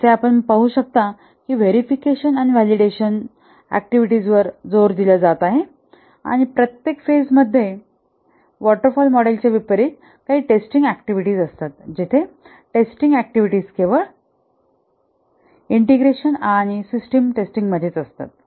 जसे आपण येथे पाहू शकता की व्हेरीफिकेशन आणि validation verification and validation activities वर जोर दिला जात आहे आणि प्रत्येक फेज मध्ये वॉटर फॉल मॉडेलच्या विपरीत काही टेस्टिंग ऍक्टिव्हिटीज असतात जेथे टेस्टिंग ऍक्टिव्हिटीज केवळ इंटिग्रेशन आणि सिस्टिम टेस्टिंग मध्येच असतात